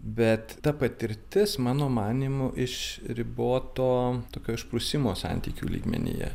bet ta patirtis mano manymu iš riboto tokio išprusimo santykių lygmenyje